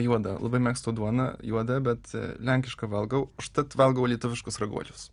juodą labai mėgstu duoną juodą bet lenkišką valgau užtat valgau lietuviškus raguočius